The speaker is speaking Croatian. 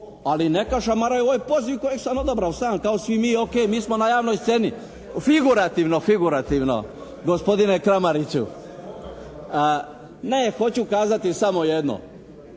ali neka šamaraju ovo je poziv koji sam odabrao sam kao i svi mi. O.k., mi smo na javnoj sceni, figurativno, figurativno gospodine Kramariću. … /Upadica se ne